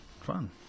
fun